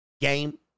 game